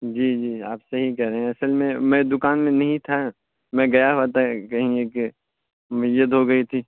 جی جی آپ صحیح کہہ رہے ہیں اصل میں میں دکان میں نہیں تھا میں گیا ہوا تھا کہیں ایک میت ہو گئی تھی